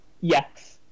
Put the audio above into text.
yes